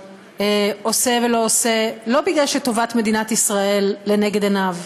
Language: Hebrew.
עושה ולא עושה לא מפני שטובת מדינת ישראל לנגד עיניו,